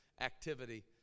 activity